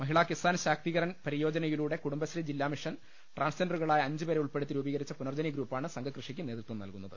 മഹിളാകിസാൻ ശാക്തീക രൺ പരിയോജനയിലൂടെ കുടുംബശ്രീ ജില്ലാമിഷൻ ട്രാൻസ്ജൻഡറുകളായ അഞ്ചുപേരെ ഉൾപ്പെടുത്തി രൂപീകരിച്ച പുനർജനി ഗ്രൂപ്പാണ് സംഘകൃഷിക്ക് നേതൃത്വം നൽകുന്നത്